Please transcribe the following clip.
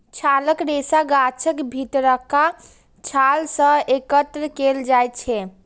छालक रेशा गाछक भीतरका छाल सं एकत्र कैल जाइ छै